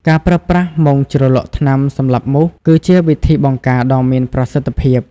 ការប្រើប្រាស់មុងជ្រលក់ថ្នាំសម្លាប់មូស គឺជាវិធីបង្ការដ៏មានប្រសិទ្ធភាព។